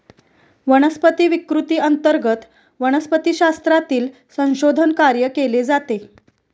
वनस्पती विकृती अंतर्गत वनस्पतिशास्त्रातील संशोधन कार्य केले जाते